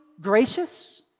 gracious